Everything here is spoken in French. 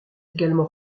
également